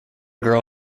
girl